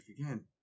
again